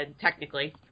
technically